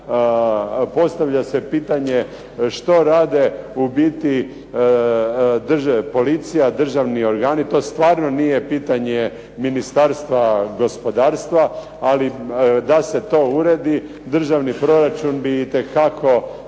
Postavlja se pitanje što rade u biti policija, državni organi. To stvarno nije pitanje Ministarstva gospodarstva ali da se to uredi državni proračun bi itekako